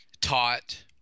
taught